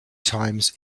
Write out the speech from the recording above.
times